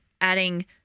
adding